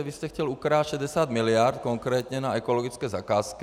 Vy jste chtěl ukrást 60 miliard konkrétně na ekologické zakázce.